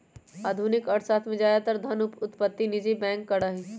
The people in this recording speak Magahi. आधुनिक अर्थशास्त्र में ज्यादातर धन उत्पत्ति निजी बैंक करा हई